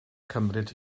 cymryd